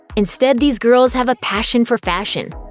instead, these girls have a passion for fashion.